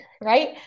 Right